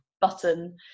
button